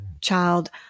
child